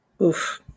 Oof